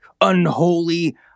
unholy